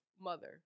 mother